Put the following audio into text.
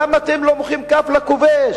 למה אתם לא מוחאים כף לכובש?